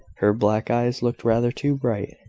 her black eyes looked rather too bright,